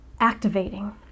activating